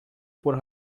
por